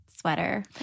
sweater